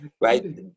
right